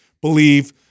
believe